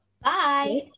bye